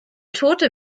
tote